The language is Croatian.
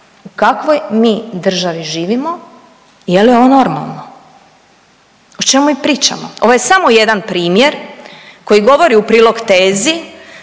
u kakvoj mi državi živimo, je li ovo normalno? O čemu mi pričamo? Ovo je samo jedan primjer koji govori u prilog tezi